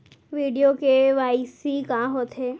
video KYC का होथे